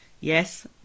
Yes